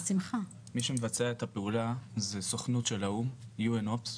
מי שמבצע את הפעולה זה סוכנות של האו"ם, UNOPS,